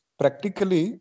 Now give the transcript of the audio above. practically